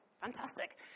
Fantastic